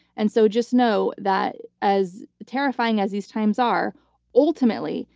and so just know that as terrifying as these times are ultimately,